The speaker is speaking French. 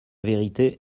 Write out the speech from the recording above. vérité